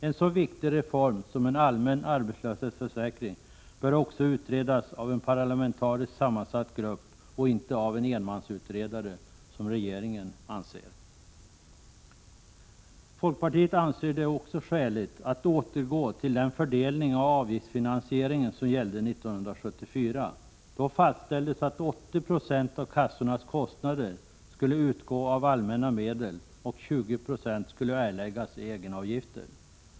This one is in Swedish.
En så viktig reform som en allmän arbetslöshetsförsäkring bör också utredas av en parlamentariskt sammansatt grupp och inte av en enmansutredare, som regeringen anser. Folkpartiet anser det också skäligt att återgå till den fördelning av avgiftsfinansieringen som gällde 1974. Då fastställdes att 80 26 av kassornas kostnader skulle utgå av allmänna medel och att 20 96 skulle erläggas i egenavgifter.